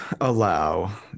allow